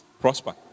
prosper